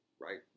right